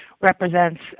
represents